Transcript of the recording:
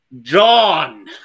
John